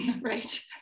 right